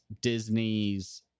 Disney's